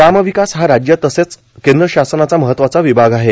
ग्रामविकास हा राज्य तसेच केंद्र शासनाचा महत्वाचा विभाग आहे